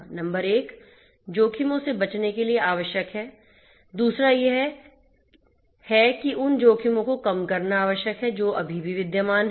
number 1 जोखिमों से बचने के लिए आवश्यक है दूसरा यह है कि उन जोखिमों को कम करना आवश्यक है जो अभी भी विद्यमान हैं